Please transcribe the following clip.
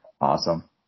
Awesome